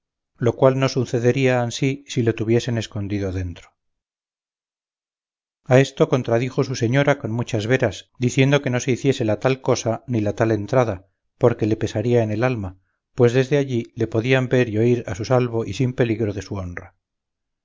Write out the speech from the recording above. lo cual no sucedería ansí si le tuviesen escondido dentro a esto contradijo su señora con muchas veras diciendo que no se hiciese la tal cosa ni la tal entrada porque le pesaría en el alma pues desde allí le podían ver y oír a su salvo y sin peligro de su honra